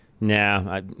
nah